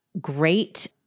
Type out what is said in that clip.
great